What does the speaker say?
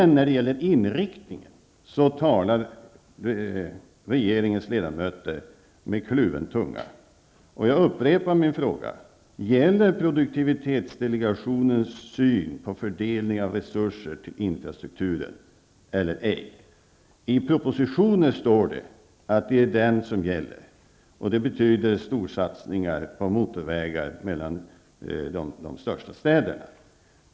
När det gäller inriktningen talar regeringens ledamöter emellertid med kluven tunga. Jag upprepar min fråga: Gäller produktivitetsdelegationens syn på fördelning av resurser till infrastrukturen eller ej? I propositionen står det att det är den som gäller, och det betyder storsatsningar på motorvägar mellan de största städerna.